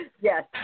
yes